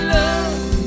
love